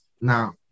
now